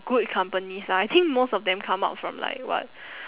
good companies lah I think most of them come out from like what